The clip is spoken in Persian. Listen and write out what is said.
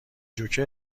جوکر